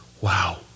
wow